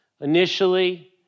Initially